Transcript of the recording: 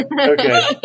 Okay